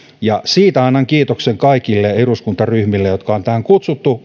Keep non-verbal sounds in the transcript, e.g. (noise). ja siitä annan kiitoksen kaikille eduskuntaryhmille jotka on tähän kutsuttu (unintelligible)